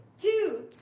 Two